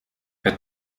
wer